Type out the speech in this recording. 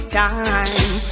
time